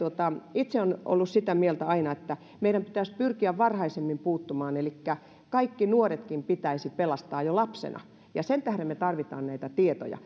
itse olen ollut sitä mieltä aina että meidän pitäisi pyrkiä varhaisemmin puuttumaan elikkä kaikki nuoretkin pitäisi pelastaa jo lapsena sen tähden me tarvitsemme näitä tietoja